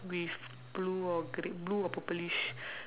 with blue or gr~ blue or purplish